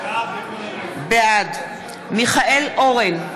בעד מיכאל אורן,